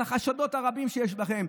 על החשדות הרבים שיש לכם.